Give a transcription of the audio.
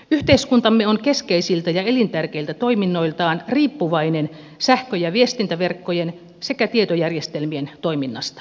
yhteiskuntamme on keskeisiltä ja elintärkeiltä toiminnoiltaan riippuvainen sähkö ja viestintäverkkojen sekä tietojärjestelmien toiminnasta